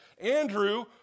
Andrew